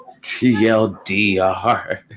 TLDR